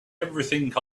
everything